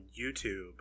YouTube